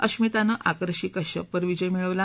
अश्मितानं आकर्षी कश्यपवर विजय मिळवला